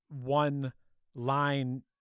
one-line